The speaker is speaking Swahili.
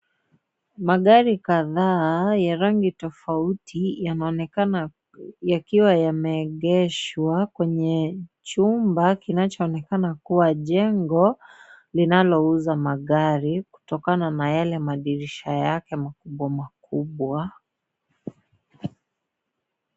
Magari kadhaa ya rangi tofauti, yanaonekana yakiwa yameegeshwa kwenye chumba, kinachoonekana kuwa jengo linalouza magari, kutokana na yale madirisha yake makubwa makubwa.